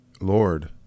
Lord